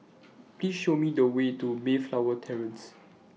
Please Show Me The Way to Mayflower Terrace